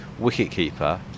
wicketkeeper